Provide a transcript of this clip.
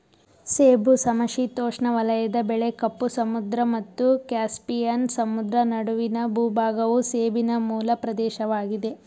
ಸೇಬು ಸಮಶೀತೋಷ್ಣ ವಲಯದ ಬೆಳೆ ಕಪ್ಪು ಸಮುದ್ರ ಮತ್ತು ಕ್ಯಾಸ್ಪಿಯನ್ ಸಮುದ್ರ ನಡುವಿನ ಭೂಭಾಗವು ಸೇಬಿನ ಮೂಲ ಪ್ರದೇಶವಾಗಿದೆ